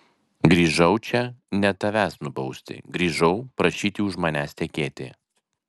grįžau čia ne tavęs nubausti grįžau prašyti už manęs tekėti